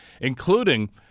including